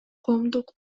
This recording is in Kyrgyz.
коомдук